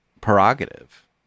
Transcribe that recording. prerogative